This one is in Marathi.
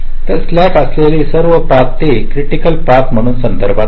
तर स्लॅक असलेले सर्व पथ ते क्रिटिकल पथ म्हणून संदर्भित आहेत